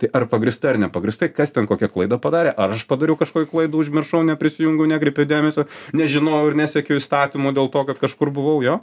tai ar pagrįstai ar nepagrįstai kas ten kokią klaidą padarė ar aš padariau kažkokių klaidų užmiršau neprisijungiau nekreipiau dėmesio nežinojau ir nesekiau įstatymų dėl to kad kažkur buvau jo